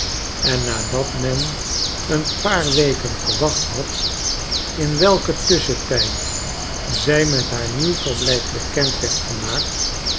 en nadat men een paar weken gewacht had in welken tusschentyd zij met haar nieuw verblijf bekend werd gemaakt